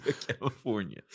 California